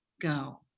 Go